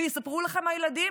ויספרו לכם הילדים